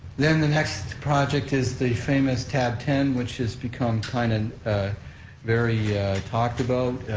then the next project is the famous tab ten, which has become kind of very talked about,